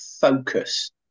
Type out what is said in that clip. focus